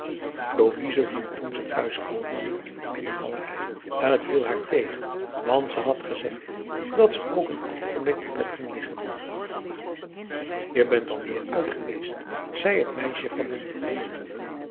louise vond toen ze thuis kwam nanni in de binnengalerij t viel haar tegen want ze had gezegd dat ze ook n oogenblik te bed ging liggen je bent alweêr uit geweest zei het meisje verwonderd